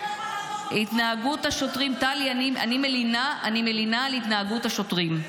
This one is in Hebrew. --- טלי, אני מלינה על התנהגות השוטרים.